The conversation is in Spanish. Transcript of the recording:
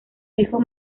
hijo